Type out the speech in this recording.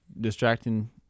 distracting